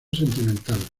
sentimental